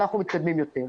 אנחנו מתקדמים יותר.